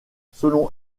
selon